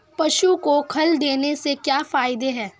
पशु को खल देने से क्या फायदे हैं?